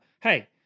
hey